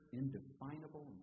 indefinable